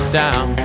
down